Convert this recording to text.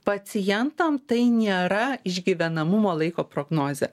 pacientam tai nėra išgyvenamumo laiko prognozė